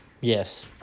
Yes